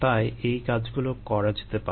তাই এই কাজগুলো করা যেতে পারে